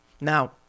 Now